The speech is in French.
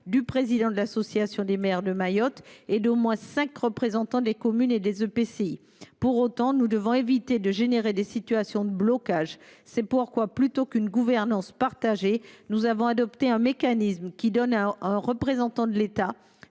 du président de l’AMM et d’au moins cinq représentants des communes et des EPCI. Pour autant, nous devons éviter de générer des situations de blocage. C’est pourquoi, plutôt qu’une gouvernance partagée, nous avons adopté un mécanisme qui donne au représentant de l’État